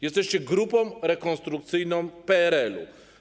Jesteście grupą rekonstrukcyjną PRL-u.